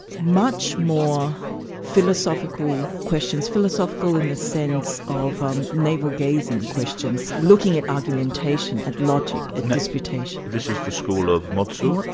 much more philosophical questions philosophical in the sense of um navel-gazing questions, looking at argumentation, at logic and disputation. this is the school of mo tzu.